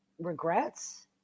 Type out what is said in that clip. regrets